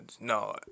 No